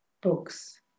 books